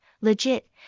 Legit